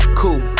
cool